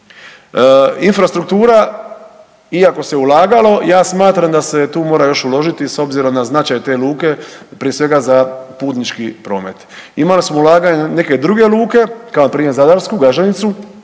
Infrastruktura iako se ulagalo, ja smatram da se tu mora još uložiti s obzirom na značaj te luke prije svega za putnički promet. Imali smo ulaganja u neke druge luke, kao npr. zadarsku Gaženicu,